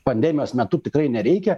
pandemijos metu tikrai nereikia